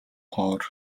ховор